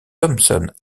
thomson